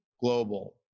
global